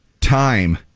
time